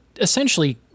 essentially